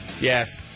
Yes